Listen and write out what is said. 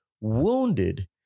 wounded